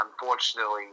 unfortunately